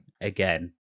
again